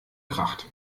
kracht